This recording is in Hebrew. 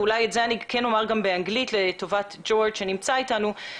ואולי את זה אומר גם באנגלית לטובת ג'ורג' שנמצא אתנו,